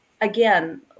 again